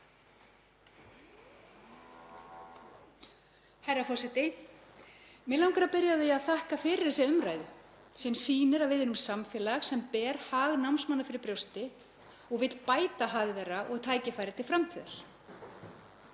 Herra forseti. Mig langar að byrja á því að þakka fyrir þessa umræðu sem sýnir að við erum samfélag sem ber hag námsmanna fyrir brjósti og vill bæta hag þeirra og tækifæri til framtíðar.